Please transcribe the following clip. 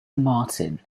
martin